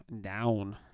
down